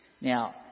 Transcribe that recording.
Now